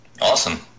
awesome